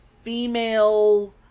female